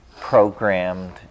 programmed